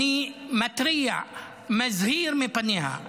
שאני מתריע מפניה, שאני מזהיר מפניה.